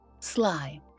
Sly